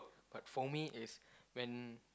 but for me is when